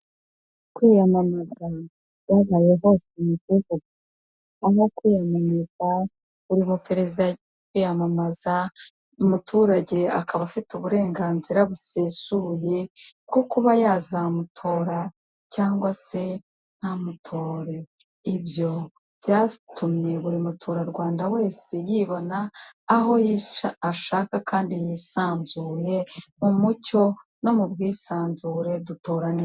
Kwiyamamaza byabaye hose mugihugu aho kwiyamamaza buri muperezida yiyamamaza umuturage akaba afite uburenganzira busesuye bwo kuba yazamutora, cyangwa se ntamutore ibyo byatumye buri muturarwanda wese yibona aho yica ashaka kandi yisanzuye, mu mucyo no mu bwisanzure dutora neza.